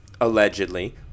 allegedly